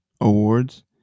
awards